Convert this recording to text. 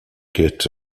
get